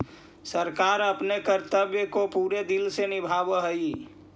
सरकार अपने कर्तव्य को पूरे दिल से निभावअ हई